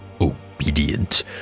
obedient